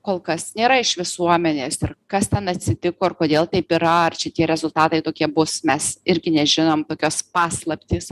kol kas nėra iš visuomenės ir kas ten atsitiko ir kodėl taip yra ar čia tie rezultatai tokie bus mes irgi nežinom tokios paslaptys